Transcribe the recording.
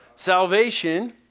Salvation